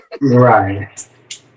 Right